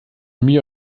mir